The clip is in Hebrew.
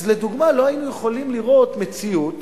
אז לדוגמה לא היינו יכולים לראות מציאות